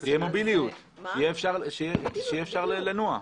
שתהיה מוביליות, שיהיה אפשר לנוע.